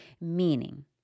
Meaning